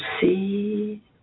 see